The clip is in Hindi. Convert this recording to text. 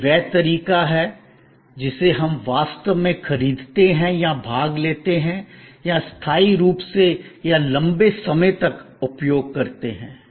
यह वह तरीका है जिसे हम वास्तव में खरीदते हैं या भाग लेते हैं या अस्थायी रूप से या लंबे समय तक उपयोग करते हैं